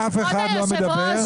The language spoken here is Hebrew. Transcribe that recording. כבוד היושב-ראש,